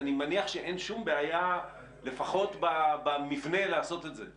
אני מניח שאין שום בעיה לפחות במבנה לעשות את זה.